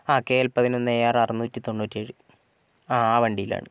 ആ K L പതിനൊന്ന് A R അറുന്നൂറ്റി തൊണ്ണൂറ്റേഴ് ആ ആ വണ്ടിയിലാണ്